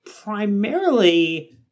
primarily